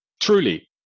Truly